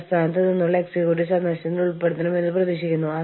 ആസ്ഥാനത്ത് നിന്ന് പൂർണ്ണമായും കൈകാര്യം ചെയ്യുന്നത് അൽപ്പം തണുപ്പൻ സമീപനമാണ്